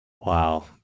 Wow